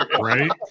right